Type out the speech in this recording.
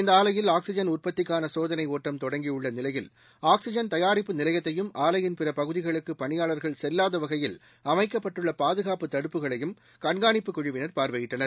இந்த ஆலையில் ஆக்சிஜன் உற்பத்திக்கான சோதனை ஓட்டம் தொடங்கியுள்ள நிலையில் ஆக்சிஜன் தயாரிப்பு நிலையத்தையும் ஆலையின் பிற பகுதிகளுக்கு பணியாளர்கள் செல்வாத வகையில் அமைக்கப்பட்டுள்ள பாதுகாப்பு தடுப்புகளையும் கண்காணிப்பு குழுவினர் பார்வையிட்டனர்